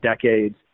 decades